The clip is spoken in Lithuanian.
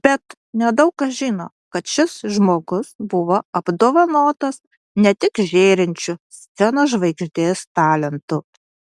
bet nedaug kas žino kad šis žmogus buvo apdovanotas ne tik žėrinčiu scenos žvaigždės talentu